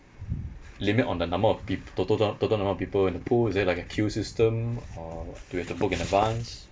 limit on the number of peop~ total total number of people in the pool is there like a queue system or do we have to book in advance